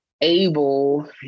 able